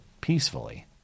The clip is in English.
peacefully